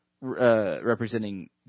representing